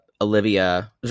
Olivia